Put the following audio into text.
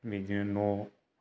बिदिनो न'